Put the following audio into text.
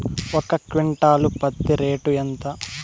ఒక క్వింటాలు పత్తి రేటు ఎంత?